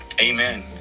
Amen